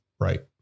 Right